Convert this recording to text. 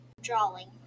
Drawing